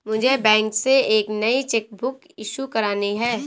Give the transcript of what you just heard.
मुझे बैंक से एक नई चेक बुक इशू करानी है